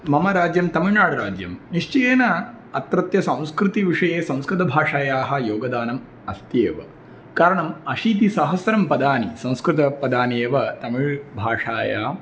मम राज्यं तमिळ्नाडुराज्यं निश्चयेन अत्रत्य संस्कृतिविषये संस्कृतभाषायाः योगदानम् अस्ति एव कारणम् अशीतिसहस्रं पदानि संस्कृतपदानि एव तमिळ् भाषायाम्